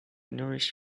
nourish